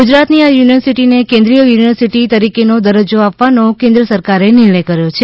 ગુજરાતની આ યુનિવર્સિટીને કેન્દ્રિય યુનિવર્સિટી તરીકેનો દરજ્જો આપવાનો કેન્દ્ર સરકારે નિર્ણય કર્યો છે